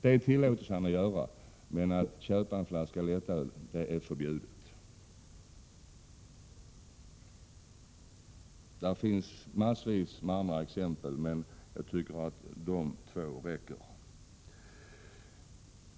Det tillåts han att göra, men att köpa en flaska lättvin är förbjudet. Det finns massvis med andra exempel, men jag tycker de här båda räcker.